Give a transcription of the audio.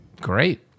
Great